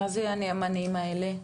מה זה הנאמנים האלה?